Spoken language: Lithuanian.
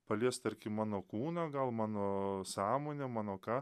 palies tarkim mano kūną gal mano sąmonę mano ką